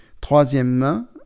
Troisièmement